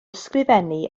ysgrifennu